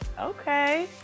Okay